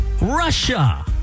Russia